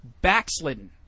backslidden